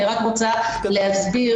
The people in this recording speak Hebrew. אני רק רוצה להסביר,